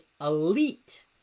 Elite